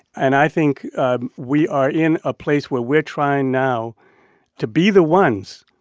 and i think we are in a place where we're trying now to be the ones,